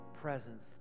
presence